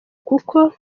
kuko